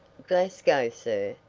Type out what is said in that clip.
glasgow, sir,